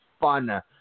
fun